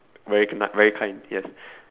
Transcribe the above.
very very kind yes